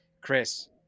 Chris